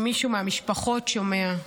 אם מישהו מהמשפחות שומע,